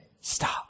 stop